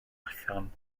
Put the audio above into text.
allan